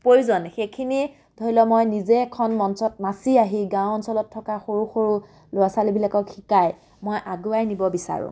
প্ৰয়োজন সেইখিনি ধৰি লওক মই নিজে এখন মঞ্চত নাচি আহি গাঁও অঞ্চলত থকা সৰু সৰু ল'ৰা ছোৱালীবিলাকক শিকাই মই আগুৱাই নিব বিচাৰোঁ